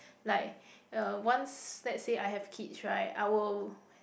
like uh once let's say I have kids right I will